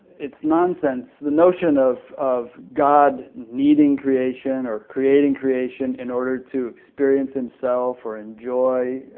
it's nonsense the notion of of god needing creation or creating creation in order to experience himself, or enjoy,